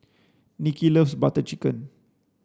Nikki loves butter chicken